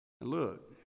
Look